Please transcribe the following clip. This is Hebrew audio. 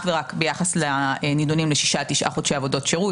ורק ביחס לנדונים לשישה-תשעה חודשי עבודות שירות.